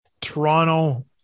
Toronto